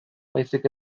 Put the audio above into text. baizik